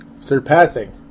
surpassing